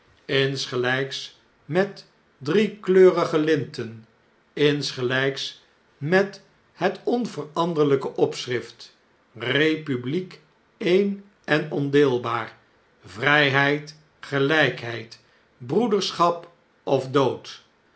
met driekleurige linten insgeljjks met het onveranderljjke opschrift republiek een en ondeelbaar vrjjheid gelpheid broederschap of dood